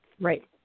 Right